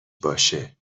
باشه